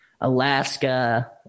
alaska